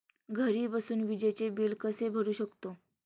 घरी बसून विजेचे बिल कसे भरू शकतो?